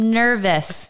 nervous